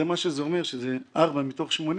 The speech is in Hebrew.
מה שזה אומר, שזה 4 מתוך 80